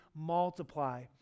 multiply